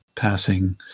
Passing